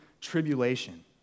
tribulation